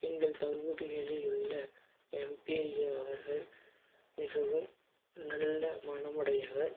எங்கள் பகுதிகளில் உள்ள எம்பி அய்யா அவர்கள் மிகவும் நல்ல மனமுடையவர்